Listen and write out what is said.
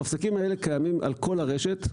המפסקים האלה קיימים על כל הרשת,